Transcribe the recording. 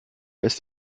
ist